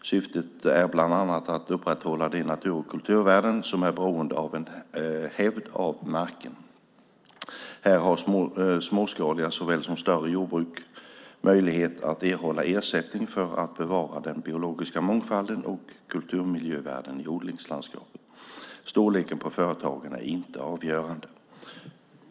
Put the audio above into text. Syftet är bland annat att upprätthålla de natur och kulturvärden som är beroende av en hävd av marken. Här har småskaliga såväl som större jordbruk möjlighet att erhålla ersättning för att bevara den biologiska mångfalden och kulturmiljövärden i odlingslandskapet. Storleken på företagen är inte avgörande.